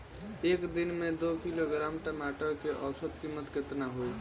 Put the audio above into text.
एक दिन में दो किलोग्राम टमाटर के औसत कीमत केतना होइ?